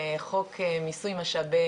על אחידות בנושאים האלה בלי כחל וסרק.